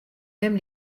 même